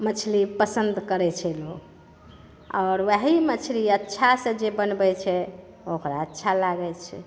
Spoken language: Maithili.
मछली पसन्द करै छै लोक आओर ओएह मछली अच्छा से जे बनबैत छै ओकरा अच्छा लागैत छै